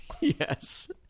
yes